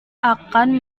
akan